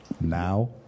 Now